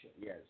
Yes